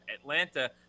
Atlanta